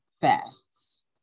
fasts